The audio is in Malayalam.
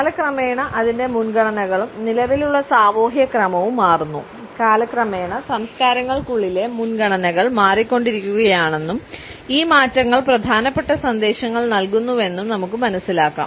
കാലക്രമേണ അതിന്റെ മുൻഗണനകളും നിലവിലുള്ള സാമൂഹ്യക്രമവും മാറുന്നു കാലക്രമേണ സംസ്കാരങ്ങൾക്കുള്ളിലെ മുൻഗണനകൾ മാറിക്കൊണ്ടിരിക്കുകയാണെന്നും ഈ മാറ്റങ്ങൾ പ്രധാനപ്പെട്ട സന്ദേശങ്ങൾ നൽകുന്നുവെന്നും നമുക്ക് മനസ്സിലാക്കാം